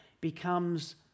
becomes